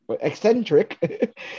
eccentric